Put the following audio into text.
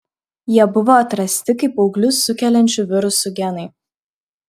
jie buvo atrasti kaip auglius sukeliančių virusų genai